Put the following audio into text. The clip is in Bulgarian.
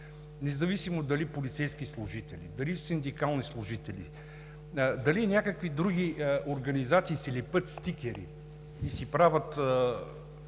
независимо дали полицейски служители, дали синдикални служители, дали някакви други организации си лепят стикери и си правят